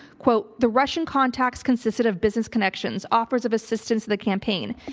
quote, the russian contacts consisted of business connections, offers of assistance to the campaign.